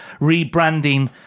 rebranding